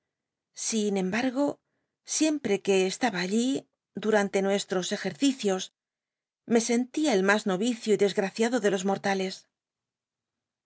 in cmbmgo siempre que estaba allí durante nues tros ejercicios me sen tia cimas nol'kio y dessaciado de los mortales